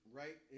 right